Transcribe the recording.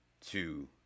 to—